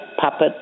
puppets